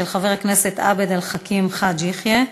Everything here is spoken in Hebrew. של חבר הכנסת עבד אל חכים חאג' יחיא.